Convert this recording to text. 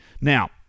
Now